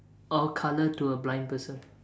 or a colour to a blind person